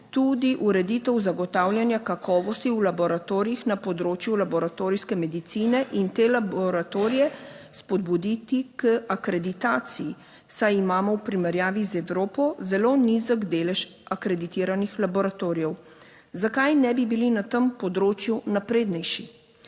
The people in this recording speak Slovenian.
tudi ureditev zagotavljanja kakovosti v laboratorijih na področju laboratorijske medicine in te laboratorije spodbuditi k akreditaciji, saj imamo v primerjavi z Evropo zelo nizek delež akreditiranih laboratorijev. Zakaj ne bi bili na tem področju naprednejši?